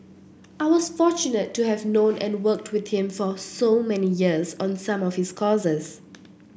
I was fortunate to have known and worked with him for so many years on some of his causes